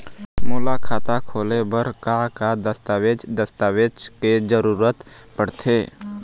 मोला खाता खोले बर का का दस्तावेज दस्तावेज के जरूरत पढ़ते?